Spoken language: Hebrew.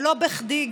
ולא בכדי,